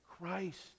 Christ